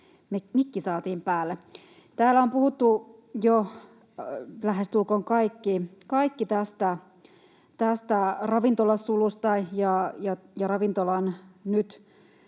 mikki saatiin päälle. — Täällä on puhuttu jo lähestulkoon kaikki tästä ravintolasulusta ja nyt